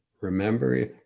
Remember